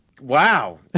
wow